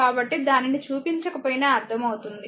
కాబట్టి దానిని చూపించకపోయినా అర్ధమవుతుంది